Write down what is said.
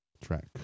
track